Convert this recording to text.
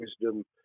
wisdom